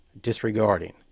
disregarding